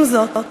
עם זאת,